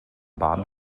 baden